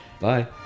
Bye